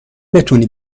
بتونی